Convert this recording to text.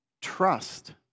trust